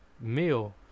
meal